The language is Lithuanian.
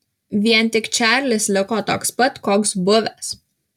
vien tik čarlis liko toks pat koks buvęs